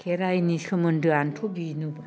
खेराइनि सोमोन्दोआनोथ' बिनोब्रा